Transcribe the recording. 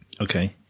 Okay